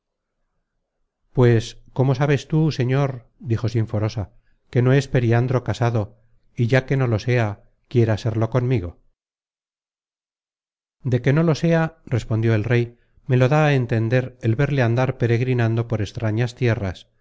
pues cómo sabes tú señor dijo sinforosa que no es periandro casado y ya que no lo sea quiera serlo conmigo de que no lo sea respondió el rey me lo da á entender el verle andar peregrinando por extrañas tierras